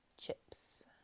chips